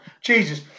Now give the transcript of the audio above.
Jesus